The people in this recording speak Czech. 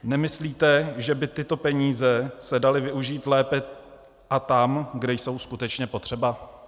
Nemyslíte, že by tyto peníze se daly využít lépe a tam, kde jsou skutečně potřeba?